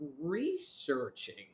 researching